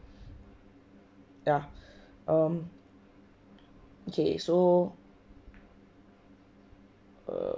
ya um okay so err